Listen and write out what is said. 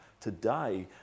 today